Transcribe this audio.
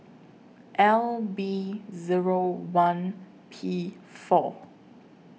L B Zero one P four